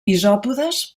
isòpodes